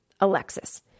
Alexis